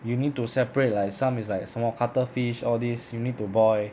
you need to separate like some is like 什么 cuttlefish all these you need to boil